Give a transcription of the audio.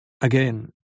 again